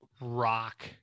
rock